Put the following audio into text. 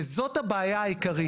וזו הבעיה העיקרית.